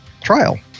trial